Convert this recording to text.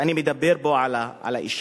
ואני מדבר פה על האשה,